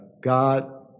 God